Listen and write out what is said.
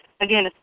again